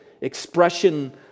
expression